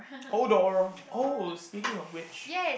hold door oh speaking of which